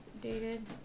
dated